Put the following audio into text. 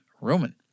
Roman